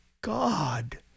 God